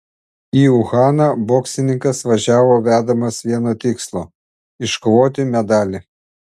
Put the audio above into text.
į uhaną boksininkas važiavo vedamas vieno tikslo iškovoti medalį